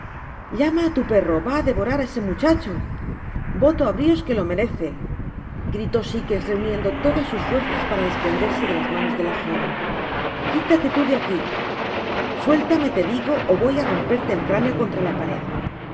oliverio llamad tu perro va á devorar á ese muchacho voto á brios que lo merece gritó sikes reuniendo todas sus fuerzas para desprenderse de las manos de la jo ven quitate tú de aqui suéltame te digo ó voy á romperle el cráneo contra la pared